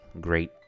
great